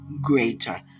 greater